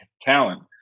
talent